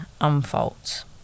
unfolds